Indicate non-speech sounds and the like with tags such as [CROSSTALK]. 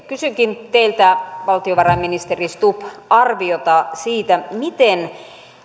[UNINTELLIGIBLE] kysynkin teiltä valtiovarainministeri stubb arviota siitä miten